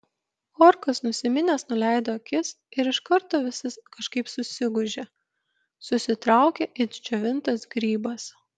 orkas nusiminęs nuleido akis ir iš karto visas kažkaip susigūžė susitraukė it džiovintas grybas